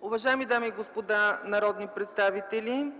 Уважаеми дами и господа народни представители,